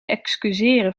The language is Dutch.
excuseren